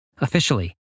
Officially